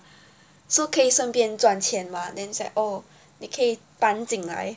so 可以顺便赚钱嘛 then say oh 你可以搬进来